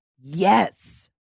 Yes